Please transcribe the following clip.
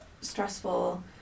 stressful